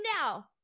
now